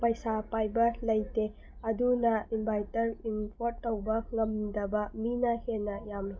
ꯄꯩꯁꯥ ꯄꯥꯏꯕ ꯂꯩꯇꯦ ꯑꯗꯨꯅ ꯏꯟꯕꯥꯏꯇꯔ ꯏꯝꯄꯣꯔꯠ ꯇꯧꯕ ꯉꯝꯗꯕ ꯃꯤꯅ ꯍꯦꯟꯅ ꯌꯥꯝꯃꯤ